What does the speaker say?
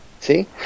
See